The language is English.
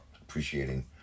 appreciating